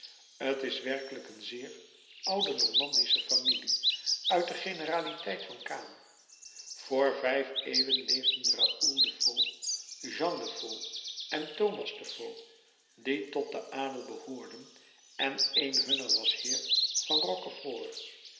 t is werkelijk een zeer oude normandische familie uit de generaliteit van caen vr vijf eeuwen leefden raoul de faux jean de faux en thomas de faux die tot den adel behoorden en een hunner was heer van rochefort